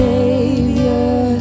Savior